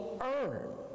earn